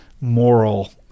moral